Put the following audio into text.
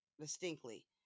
distinctly